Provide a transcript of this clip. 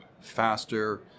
faster